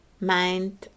mind